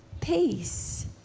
peace